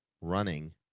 running